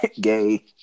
gay